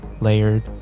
layered